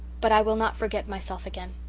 but i will not forget myself again.